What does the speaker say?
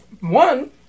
one